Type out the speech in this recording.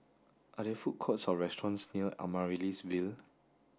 are there food courts or restaurants near Amaryllis Ville